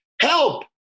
Help